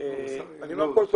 כל